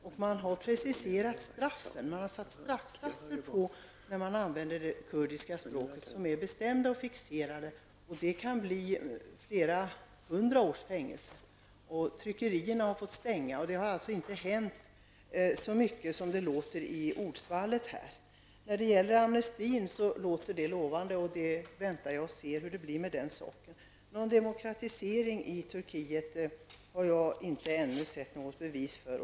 Nu har det satts upp straffsatser för användning av det kurdiska språket. De är fixerade, och det kan vara fråga om flera hundra års fängelse. Tryckerier har fått stänga. Det har alltså inte hänt så mycket som det låter i det här ordsvallet. Det låter lovande med en amnesty. Vi får vänta och se hur det blir med den saken. Jag har ännu inte sett något bevis för demokratiseringen i Turkiet.